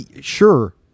sure